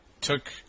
took